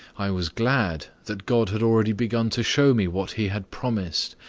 i was glad that god had already begun to show me what he had promised,